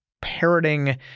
parroting